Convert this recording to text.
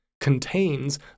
contains